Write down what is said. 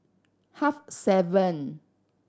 half seven